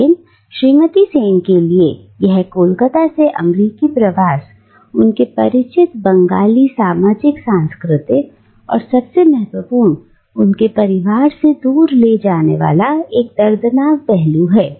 लेकिन श्रीमती सेन के लिए यह कोलकाता से अमेरिका प्रवास उनके परिचित बंगाली सामाजिक सांस्कृतिक और सबसे महत्वपूर्ण उनके परिवार से दूर ले जाने वाला एक दर्दनाक पहलू है